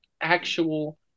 actual